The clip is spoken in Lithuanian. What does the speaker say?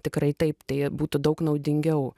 tikrai taip tai būtų daug naudingiau